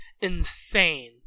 insane